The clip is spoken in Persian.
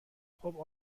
خوب